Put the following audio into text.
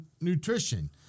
nutrition